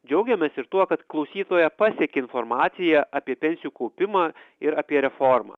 džiaugiamės ir tuo kad klausytoją pasiekė informacija apie pensijų kaupimą ir apie reformą